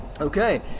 Okay